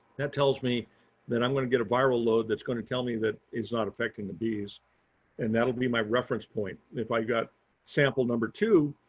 that tells me that i'm going to get a viral load that's going to tell me that it's not affecting the bees and that'll be my reference point. if i got sample number two